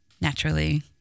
naturally